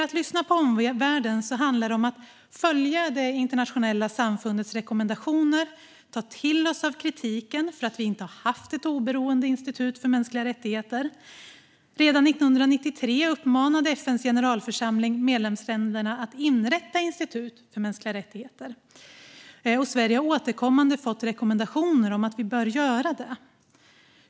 Att lyssna på omvärlden handlar om att följa det internationella samfundets rekommendationer och ta till oss av kritiken mot att vi inte har haft ett oberoende institut för mänskliga rättigheter. Redan 1993 uppmanade FN:s generalförsamling medlemsländerna att inrätta institut för mänskliga rättigheter, och Sverige har återkommande fått rekommendationer om att vi bör göra det.